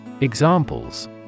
Examples